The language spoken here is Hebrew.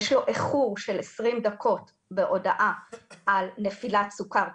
יש לו איחור של 20 דקות בהודעה על נפילת סוכר פתאומית,